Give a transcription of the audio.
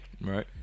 Right